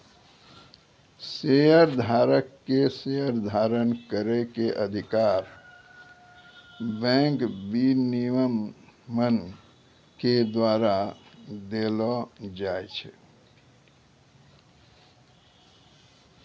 शेयरधारक के शेयर धारण करै के अधिकार बैंक विनियमन के द्वारा देलो जाय छै